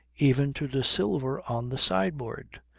even to the silver on the sideboard.